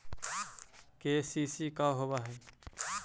KCC का होव हइ?